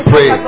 Pray